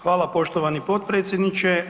Hvala poštovani potpredsjedniče.